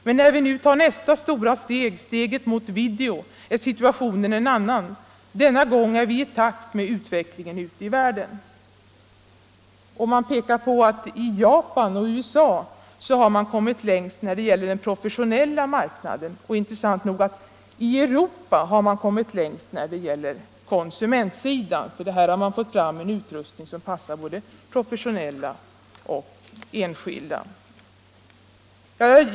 Men när vi nu tar nästa stora steg, steget mot video, är situationen en annan: denna gång är vi i takt med utvecklingen ute i världen.” I intervjun pekas också på att i Japan och USA har man kommit längst när det gäller den professionella marknaden medan man, intressant nog, i Europa kommit längst när det gäller konsumentsidan. Man har nämligen i Europa fått fram en utrustning som passar både professionella och enskilda.